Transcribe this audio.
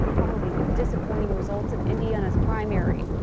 following disappointing results in indiana's primary.